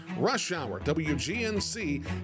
RushHourWGNC